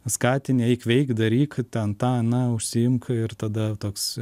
skatini eik veik daryk ten tą aną užsiimk ir tada toks